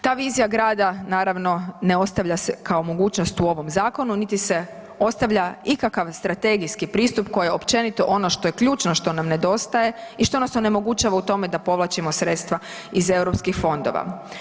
Ta vizija grada naravno ne ostavlja se kao mogućnost u ovom zakonu niti se ostavlja ikakav strategijski pristup koji je općenito ono što je ključno što nam nedostaje i što nas onemogućava u tome da povlačimo sredstva iz Europskih fondova.